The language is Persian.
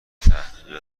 تحقیق